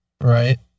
Right